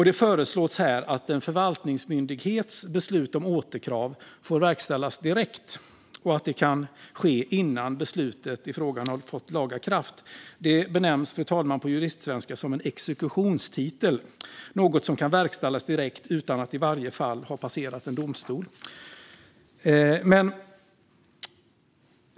Det föreslås att en förvaltningsmyndighets beslut om återkrav ska få verkställas direkt och att det ska kunna ske innan beslutet i frågan fått laga kraft. Det benämns, fru talman, på juristsvenska som en exekutionstitel, något som kan verkställas direkt utan att i varje enskilt fall ha passerat en domstol.